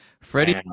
Freddie